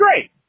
great